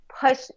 push